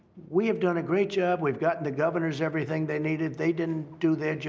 we have done a great job. we've gotten the governors everything they needed. they didn't do their job.